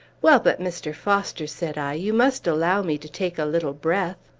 well, but, mr. foster, said i, you must allow me to take a little breath.